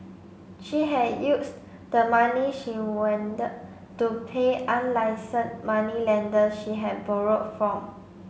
she had used the money she to pay unlicensed moneylenders she had borrowed from